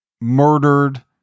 murdered